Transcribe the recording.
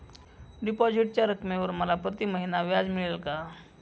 डिपॉझिटच्या रकमेवर मला प्रतिमहिना व्याज मिळेल का?